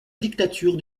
dictature